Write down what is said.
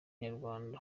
nyarwanda